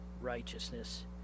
righteousness